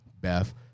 Beth